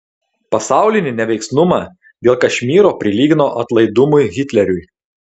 pasaulinį neveiksnumą dėl kašmyro prilygino atlaidumui hitleriui